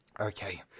Okay